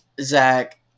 Zach